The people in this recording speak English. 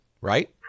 right